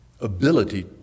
ability